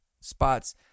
spots